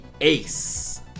ace